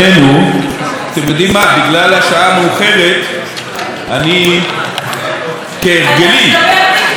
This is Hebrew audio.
בגלל השעה המאוחרת אני, כהרגלי, לא אקרא מהכתב,